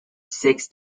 six